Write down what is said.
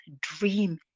dream